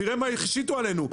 תראה מה השיתו עלינו.